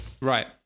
Right